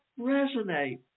resonate